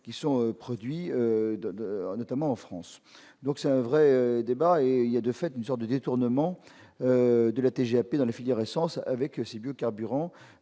qui sont produits de de, notamment en France, donc c'est un vrai débat et il y a de fait une sorte de détournement de la TGAP dans la filière essence avec ces biocarburants